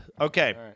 Okay